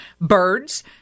birds